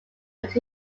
group